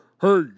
Hey